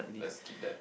let's keep that